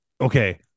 Okay